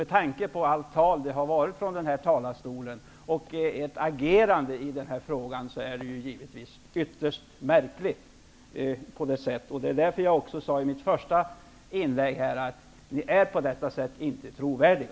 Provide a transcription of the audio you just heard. Med tanke på allt tal från denna talarstol och ert tidigare agerande i denna fråga är detta uppträdande ytterst märkligt. Precis som jag sade i mitt första inlägg är ni på detta sätt inte trovärdiga.